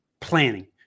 planning